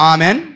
Amen